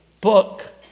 book